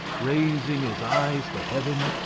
raising his eyes to heaven,